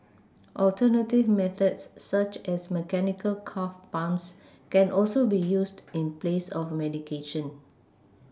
alternative methods such as mechanical calf pumps can also be used in place of medication